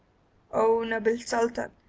oh, noble sultan,